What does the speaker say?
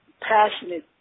passionate